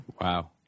wow